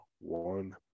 one